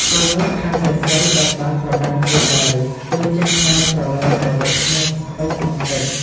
ពេលនោះខាងស្រីៗ ឥតបានប្រកាន់ខ្លួនឡើយ គេចេះតែប្រឡែងប្រឡូកគ្នាពេញក្នុងទឹក។